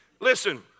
Listen